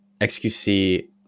xqc